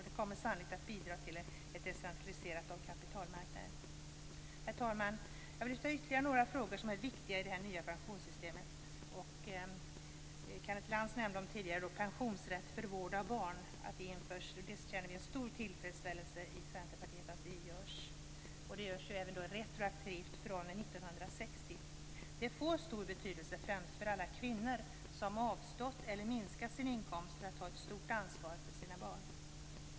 Det kommer sannolikt att bidra till en decentralisering av kapitalmarknaden. Herr talman! Jag vill lyfta fram ytterligare några frågor som är viktiga i det nya pensionssystemet. Som Kenneth Lantz tidigare nämnde införs pensionsrätt för vård av barn, och vi i Centerpartiet känner stor tillfredsställelse med att det görs. Det görs retroaktivt från 1960. Det får stor betydelse främst för alla kvinnor som avstått från eller minskat sin inkomst för att ta ett stort ansvar för barnen.